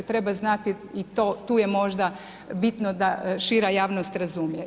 Treba znati i tu je možda bitno da šira javnost razumije.